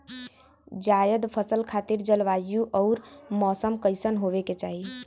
जायद फसल खातिर जलवायु अउर मौसम कइसन होवे के चाही?